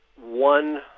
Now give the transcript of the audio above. one